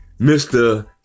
Mr